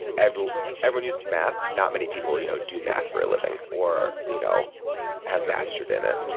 everyone everyone uses math. not many people you know do math for a living or you know have mastered in it.